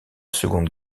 seconde